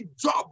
job